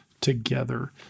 together